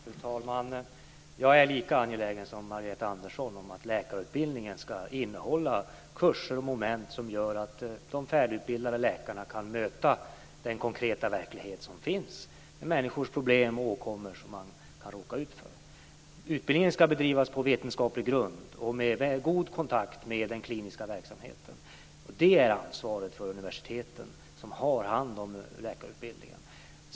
Fru talman! Jag är lika angelägen som Margareta Andersson om att läkarutbildningen ska innehålla kurser och moment som gör att de färdigutbildade läkarna kan möta den konkreta verklighet som finns och de problem och åkommor som människor kan råka ut för. Utbildningen ska bedrivas på vetenskaplig grund och med god kontakt med den kliniska verksamheten. Det är ansvaret för universiteten, som har hand om läkarutbildningen.